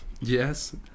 Yes